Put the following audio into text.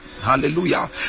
Hallelujah